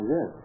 Yes